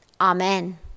Amen